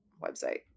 website